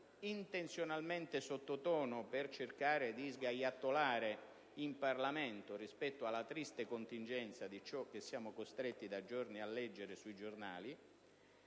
intenzionalmente sotto tono per cercare di sgattaiolare in Parlamento rispetto alla triste contingenza di ciò che da giorni siamo costretti a leggere sui giornali;